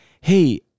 Hey